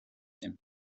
him